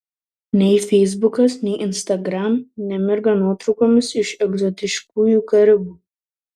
nei feisbukas nei instagram nemirga nuotraukomis iš egzotiškųjų karibų